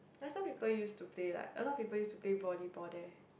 last time people used to play like a lot of people used to play volleyball there